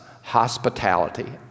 hospitality